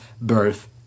birth